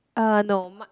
uh no my